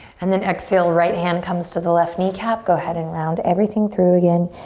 and then exhale, right hand comes to the left kneecap. go ahead and round everything through again.